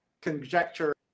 conjecture